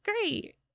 great